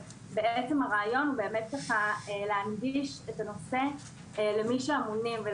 והרעיון הוא להנגיש את הנושא למי שאמונים על